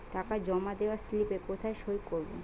টাকা জমা দেওয়ার স্লিপে কোথায় সই করব?